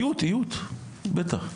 איות, בטח.